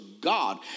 God